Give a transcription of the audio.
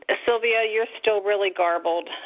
ah silvia, you're still really garbled.